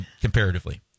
comparatively